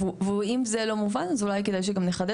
ואם זה לא מובן אז אולי כדאי שגם נחדד